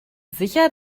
sicher